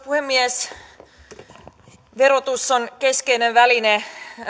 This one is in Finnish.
puhemies verotus on keskeinen väline